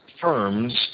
firms